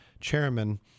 chairman